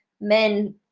men